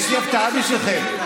יש לי הפתעה בשבילכם,